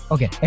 Okay